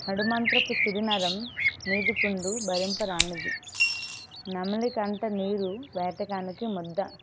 నడిమంతపు సిరినరం మీదిపుండు భరింపరానిది నెమలికంట నీరు వేటగానికి ముద్ద